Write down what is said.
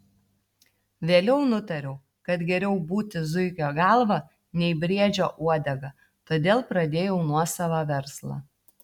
vėliau nutariau kad geriau būti zuikio galva nei briedžio uodega todėl pradėjau nuosavą verslą